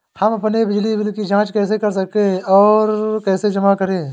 हम अपने बिजली बिल की जाँच कैसे और इसे कैसे जमा करें?